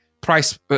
Price